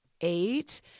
eight